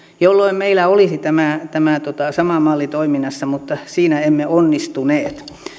jolloin meillä olisi tämä tämä sama malli toiminnassa mutta siinä emme onnistuneet